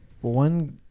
one